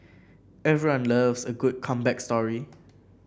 everyone loves a good comeback story